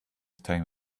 time